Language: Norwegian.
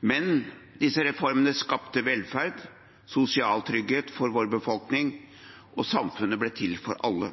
Men disse reformene skapte velferd og sosial trygghet for vår befolkning, og samfunnet ble til for alle.